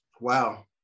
Wow